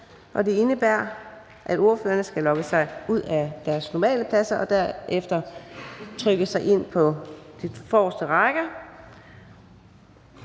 det indebærer, at ordførerne skal logge sig ud er deres normale pladser og derefter trykke sig ind på de forreste rækker.